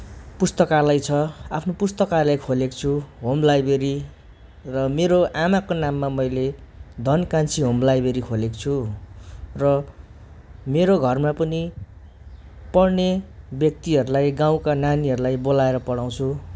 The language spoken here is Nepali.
पुस्तकालय छ आफ्नो पुस्तकालय खोलेको छु होम लाइब्रेरी र मेरो आमाको नाममा मैले धनकान्छी होम लाइब्रेरी खोलेको छु र मेरो घरमा पनि पढ्ने व्यक्तिहरूलाई गाउँका नानीहरूलाई बोलाएर पढाउछु